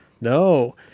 No